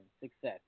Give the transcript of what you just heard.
success